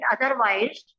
Otherwise